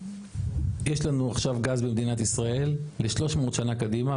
לנו עכשיו גז במדינת ישראל ל-300 שנה קדימה,